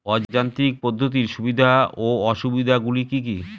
অযান্ত্রিক পদ্ধতির সুবিধা ও অসুবিধা গুলি কি কি?